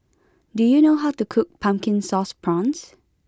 do you know how to cook Pumpkin Sauce Prawns